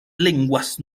lenguas